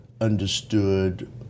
understood